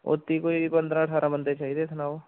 ओह् ती कोई पंदरां ठारां बंदे चाहिदे सनाओ